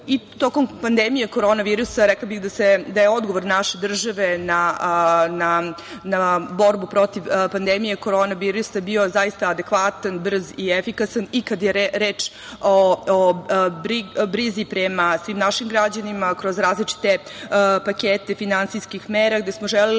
veći. Tokom pandemije Korona virusa rekla bih da je odgovor naše države na borbu protiv pandemije Korona virusa bio zaista adekvatan, brz i efikasan i kada je reč o brizi prema svim našim građanima kroz različite pakete finansijskih mera, gde smo želeli